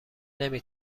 نمی